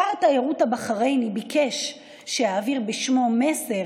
שר התיירות הבחרייני ביקש שאעביר בשמו מסר